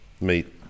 meet